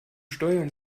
steuern